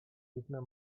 dziwne